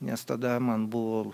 nes tada man buvo